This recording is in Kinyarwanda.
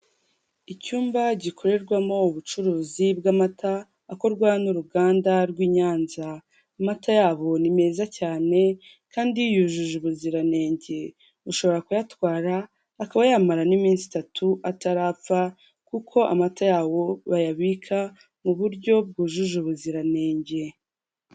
Icyumba gikorerwamo ubucuruzi bw'amata akorwa n' uruganda rw'i Nyanza amata yabo ni meza cyane kandi yujuje ubuziranenge ushobora kuyatwara akaba yamara n'iminsi itatu atarapfa kuko amata yabo bayabika mu buryo bwujuje ubuziranenge.